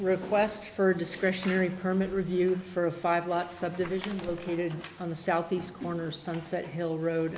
request for discretionary permit review for a five lot subdivision located on the southeast corner sunset hill road